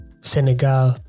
Senegal